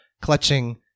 clutching